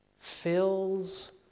fills